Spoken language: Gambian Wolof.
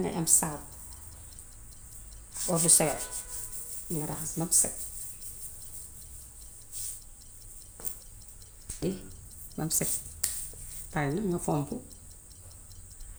Nay am saabu, ordusawel, nga raxas bam set bam set su paree nag nga fompu.